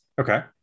Okay